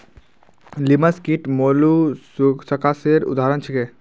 लिमस कीट मौलुसकासेर उदाहरण छीके